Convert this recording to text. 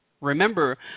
remember